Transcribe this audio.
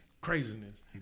Craziness